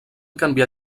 canviar